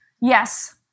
yes